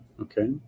Okay